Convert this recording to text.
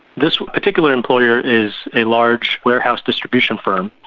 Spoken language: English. this particular employer is a large warehouse distribution firm,